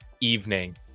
evening